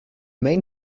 main